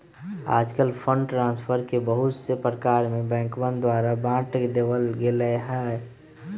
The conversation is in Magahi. आजकल फंड ट्रांस्फर के बहुत से प्रकार में बैंकवन द्वारा बांट देवल गैले है